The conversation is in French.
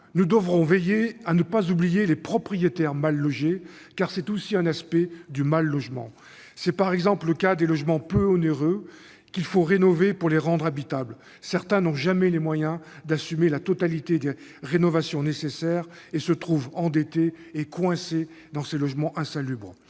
Nous devrons veiller à ne pas oublier les propriétaires mal-logés, car c'est aussi un aspect du mal-logement. C'est par exemple le cas des logements peu onéreux, qu'il faut rénover pour les rendre habitables. Certains n'ont jamais les moyens d'assumer la totalité des rénovations nécessaires et se trouvent endettés et coincés dans ces logements insalubres.